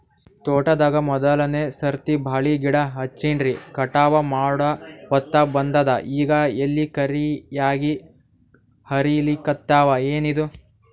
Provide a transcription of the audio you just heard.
ತೋಟದಾಗ ಮೋದಲನೆ ಸರ್ತಿ ಬಾಳಿ ಗಿಡ ಹಚ್ಚಿನ್ರಿ, ಕಟಾವ ಮಾಡಹೊತ್ತ ಬಂದದ ಈಗ ಎಲಿ ಕರಿಯಾಗಿ ಹರಿಲಿಕತ್ತಾವ, ಏನಿದು?